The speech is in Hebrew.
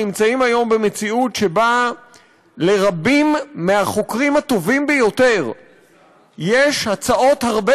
נמצאים היום במציאות שבה לרבים מהחוקרים הטובים ביותר יש הצעות הרבה